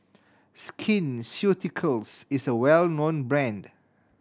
Skin Ceuticals is a well known brand